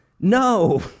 no